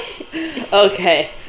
Okay